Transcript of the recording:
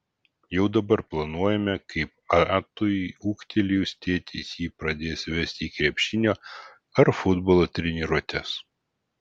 jau dabar planuojame kaip atui ūgtelėjus tėtis jį pradės vesti į krepšinio ar futbolo treniruotes